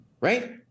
Right